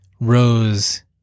Rose